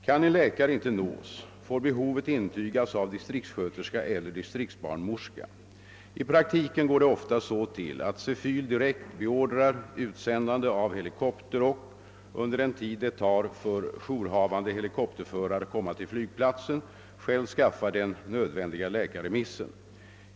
Kan en läkare inte nås, får behovet intygas av distriktssköterska eller distriktsbarnmorska. I praktiken går det ofta så till, att Cefyl direkt beordrar utsändande av helikopter och — under den tid det tar för jourhavande helikopterförare att komma till flygplatsen — själv skaffar den nödvändiga läkarremissen.